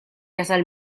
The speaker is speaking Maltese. jasal